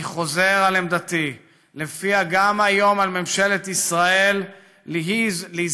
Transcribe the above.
אני חוזר על עמדתי שלפיה גם היום על ממשלת ישראל ליזום.